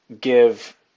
give